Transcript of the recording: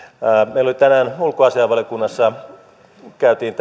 meillä tänään ulkoasiainvaliokunnassa käytiin